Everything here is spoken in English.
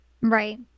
Right